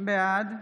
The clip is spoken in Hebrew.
בעד